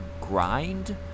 grind